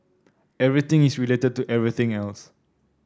everything is related to everything else